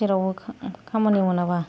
जेरावबो खामानि मावनाङाब्ला